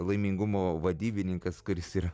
laimingumo vadybininkas kuris yra